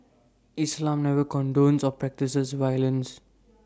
islam never condones or practises violence